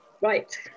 Right